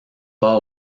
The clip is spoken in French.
pas